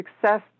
success